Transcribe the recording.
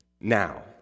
Now